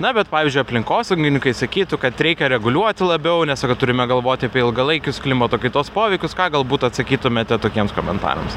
na bet pavyzdžiui aplinkosaugininkai sakytų kad reikia reguliuoti labiau nes turime galvoti apie ilgalaikius klimato kaitos poveikius ką galbūt atsakytumėte tokiems komentarams